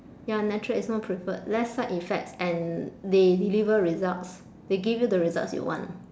ya natural is more preferred less side effects and they deliver results they give you the results you want